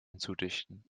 hinzudichten